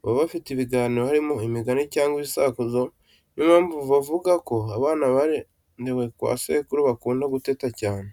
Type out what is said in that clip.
baba bafite ibiganiro, harimo imigani cyangwa ibisakuzo, ni yo mpamvu bavuga ko abana barerewe kwa sekuru bakunda guteta cyane.